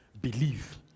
Believe